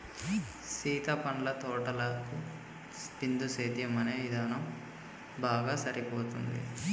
సీత పండ్ల తోటలకు బిందుసేద్యం అనే ఇధానం బాగా సరిపోతుంది